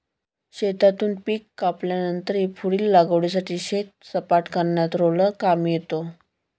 शेतातून पीक कापल्यानंतरही पुढील लागवडीसाठी शेत सपाट करण्यात रोलर कामी येतो